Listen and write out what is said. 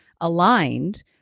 aligned